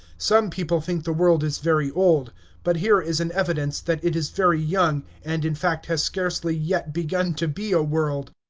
some people think the world is very old but here is an evidence that it is very young, and, in fact, has scarcely yet begun to be a world.